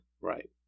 Right